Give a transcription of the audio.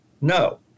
no